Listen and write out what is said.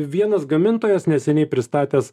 vienas gamintojas neseniai pristatęs